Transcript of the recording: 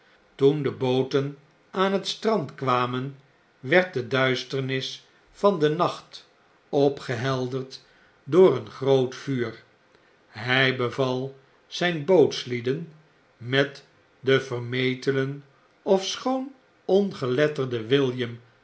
toen de booten aan het strand kwamen werd de duisternis van den nacht opgehelderd door een groot vuur hg beval zi n bootslieden met den